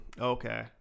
Okay